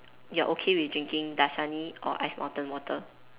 you are okay with drinking Dasani or Ice-Mountain water